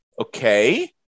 Okay